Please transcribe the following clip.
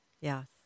Yes